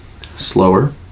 Slower